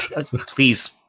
please